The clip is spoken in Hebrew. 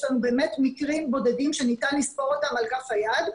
יש לנו באמת מקרים בודדים שניתן לספור אותם על כף היד.